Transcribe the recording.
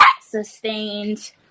sustained